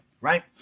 right